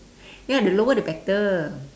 ya the lower the better